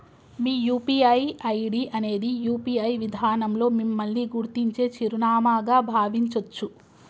మీ UPI ID అనేది UPI విధానంలో మిమ్మల్ని గుర్తించే చిరునామాగా భావించొచ్చు